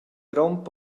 grond